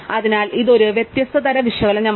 അതിനാൽ ഇത് ഒരു വ്യത്യസ്ത തരം വിശകലനമാണ്